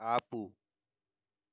ఆపు